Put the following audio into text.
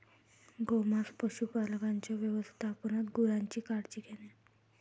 गोमांस पशुपालकांच्या व्यवस्थापनात गुरांची काळजी घेणे